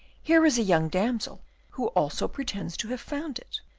here is a young damsel who also pretends to have found it.